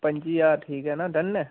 पंजी ज्हार ठीक ऐ ना डन ऐ